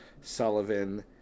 Sullivan